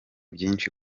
byinshi